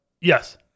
Yes